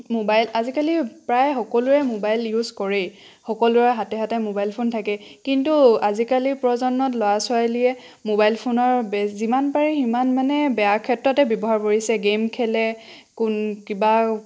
mobile আজিকালি প্ৰায় সকলোৱে মোবাইল ইউজ কৰেই সকলোৰে হাতে হাতে মোবাইল ফোন থাকেই কিন্তু আজিকালি প্ৰজন্মত ল'ৰা ছোৱালীয়ে মোবাইল ফোনৰ বে যিমান পাৰে সিমান মানে বেয়াৰ ক্ষেত্ৰতে ব্যৱহাৰ কৰিছে গেম খেলে কোন কিবা